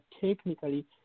technically